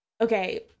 okay